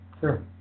Sure